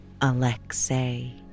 Alexei